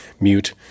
mute